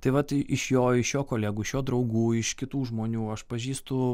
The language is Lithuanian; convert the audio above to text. tai vat tai iš jo iš jo kolegų iš jo draugų iš kitų žmonių aš pažįstu